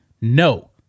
no